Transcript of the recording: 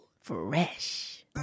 fresh